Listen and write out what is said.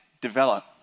develop